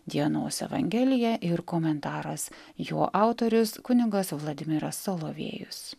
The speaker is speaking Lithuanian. dienos evangelija ir komentaras jo autorius kunigas vladimiras solovėjus